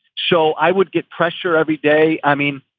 so i would get pressure every day. i mean,